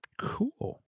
Cool